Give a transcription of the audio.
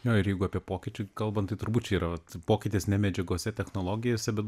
na ir jeigu apie pokyčius kalbant tai turbūt čia yra pokytis ne medžiagose technologijose bet